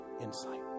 insight